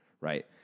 right